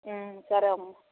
సరే అమ్మ